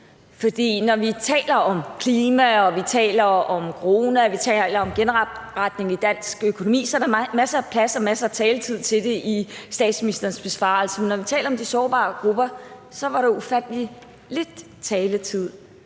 for når vi taler om klima og vi taler om corona og vi taler om genopretning i dansk økonomi, er bruges der masser af plads og masser af taletid til det i statsministerens besvarelse, men når vi taler om de sårbare grupper, blev der brugt ufattelig lidt taletid,